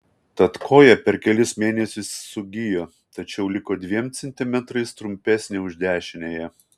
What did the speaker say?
tad koja per kelis mėnesius sugijo tačiau liko dviem centimetrais trumpesnė už dešiniąją